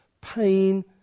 pain